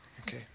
Okay